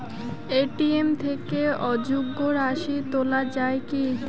ATM থেকে অযুগ্ম রাশি তোলা য়ায় কি?